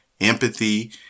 empathy